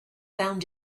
found